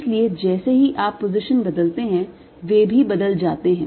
इसलिए जैसे ही आप पोजीशन बदलते हैं वे भी बदल जाते हैं